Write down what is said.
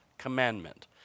commandment